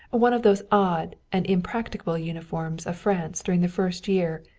one of those odd and impracticable uniforms of france during the first year,